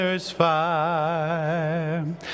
fire